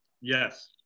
Yes